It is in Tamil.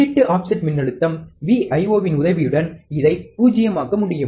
உள்ளீட்டு ஆஃப்செட் மின்னழுத்தம் VIO இன் உதவியுடன் இதை பூஜ்யமாக்க முடியும்